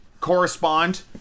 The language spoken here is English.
correspond